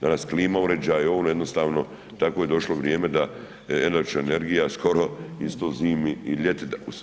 Danas klima uređaji, oni jednostavno, takvo je došlo vrijeme da električna energija skoro isto zimi i ljeti.